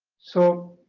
so